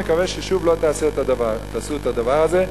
ואני מקווה ששוב לא תעשו את הדבר הזה,